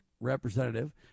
Representative